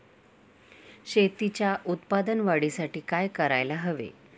शेतीच्या उत्पादन वाढीसाठी काय करायला हवे?